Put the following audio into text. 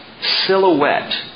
silhouette